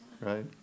right